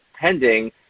pending